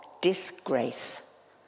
disgrace